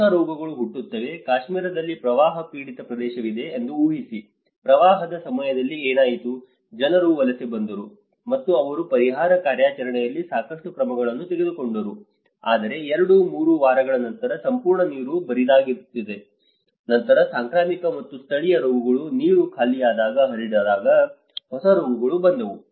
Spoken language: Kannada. ಹೊಸ ರೋಗಗಳು ಹುಟ್ಟುತ್ತವೆ ಕಾಶ್ಮೀರದಲ್ಲಿ ಪ್ರವಾಹ ಪೀಡಿತ ಪ್ರದೇಶವಿದೆ ಎಂದು ಊಹಿಸಿ ಪ್ರವಾಹದ ಸಮಯದಲ್ಲಿ ಏನಾಯಿತು ಜನರು ವಲಸೆ ಬಂದರು ಮತ್ತು ಅವರು ಪರಿಹಾರ ಕಾರ್ಯಾಚರಣೆಯಲ್ಲಿ ಸಾಕಷ್ಟು ಕ್ರಮಗಳನ್ನು ತೆಗೆದುಕೊಂಡರು ಆದರೆ ಎರಡು ಮೂರು ವಾರಗಳ ನಂತರ ಸಂಪೂರ್ಣ ನೀರು ಬರಿದಾಗುತ್ತದೆ ನಂತರ ಸಾಂಕ್ರಾಮಿಕ ಮತ್ತು ಸ್ಥಳೀಯ ರೋಗಗಳು ನೀರು ಖಾಲಿಯಾದಾಗ ಹರಡಿದಾಗ ಹೊಸ ರೋಗಗಳು ಬಂದವು